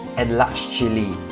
and large chili